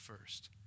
first